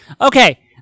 okay